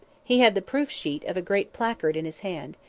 he had the proof sheet of a great placard in his hand.